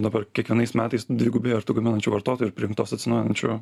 dabar kiekvienais metais dvigubėja ir tų gaminančių vartotojų ir prijungtos atsinaujinančių